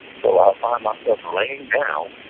so, i'll find myself laying down,